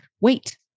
wait